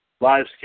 live